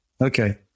Okay